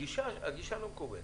הגישה לא מקובלת.